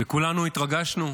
וכולנו התרגשנו,